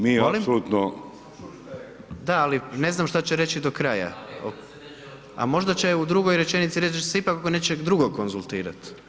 Molim? [[Upadica: Jeste čuli šta je rekao?]] Da ali ne znam šta će reći do kraja … [[Upadica: Ne razumije se.]] a možda će u drugoj rečenici reći da će se ipak zbog nečeg drugog konzultirat.